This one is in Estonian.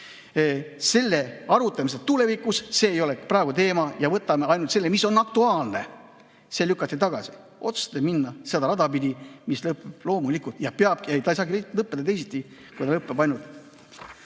võtame arutamisele tulevikus, see ei ole praegu teema, ja võtame ainult selle, mis on aktuaalne. See lükati tagasi. Otsustati minna seda rada pidi. See loomulikult ei saagi lõppeda teisiti, kui ta lõpeb ainult